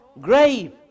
grave